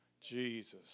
Jesus